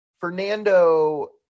Fernando